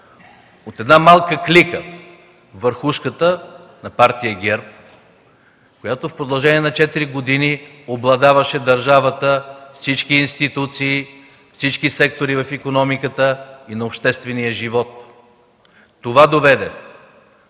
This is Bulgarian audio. от една малка клика – върхушката на партия ГЕРБ, която в продължение на четири години обладаваше държавата, всички институции, всички сектори в икономиката и на обществения живот. Това доведе